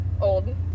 old